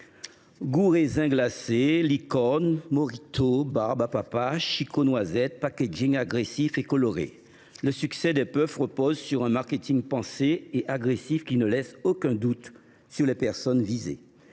Goût raisin glacé, licorne, mojito, barbe à papa, choco noisette, packaging agressif et coloré : le succès des puffs repose sur un marketing réfléchi qui ne laisse aucun doute sur les personnes visées.